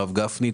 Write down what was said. הרב גפני,